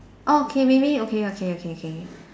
orh K maybe okay okay okay okay